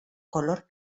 color